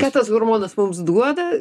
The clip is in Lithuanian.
ką tas hormonas mums duoda